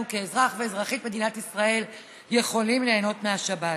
כאזרח וכאזרחית מדינת ישראל יכולים ליהנות מהשבת.